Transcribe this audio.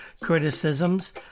criticisms